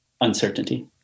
uncertainty